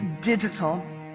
digital